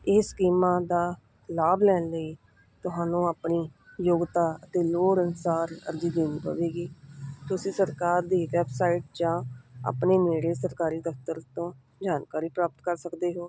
ਇਹ ਸਕੀਮਾਂ ਦਾ ਲਾਭ ਲੈਣ ਲਈ ਤੁਹਾਨੂੰ ਆਪਣੀ ਯੋਗਤਾ ਅਤੇ ਲੋੜ ਅਨੁਸਾਰ ਅਰਜ਼ੀ ਦੇਣੀ ਪਵੇਗੀ ਤੁਸੀਂ ਸਰਕਾਰ ਦੀ ਵੈਬਸਾਈਟ ਜਾਂ ਆਪਣੇ ਨੇੜੇ ਸਰਕਾਰੀ ਦਫਤਰ ਤੋਂ ਜਾਣਕਾਰੀ ਪ੍ਰਾਪਤ ਕਰ ਸਕਦੇ ਹੋ